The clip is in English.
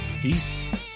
Peace